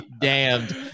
damned